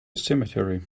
cemetery